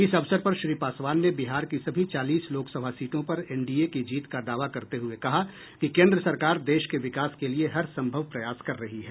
इस अवसर पर श्री पासवान ने बिहार की सभी चालीस लोकसभा सीटों पर एनडीए की जीत का दावा करते हुए कहा कि केन्द्र सरकार देश के विकास के लिए हर संभव प्रयास कर रही है